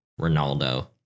Ronaldo